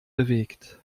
bewegt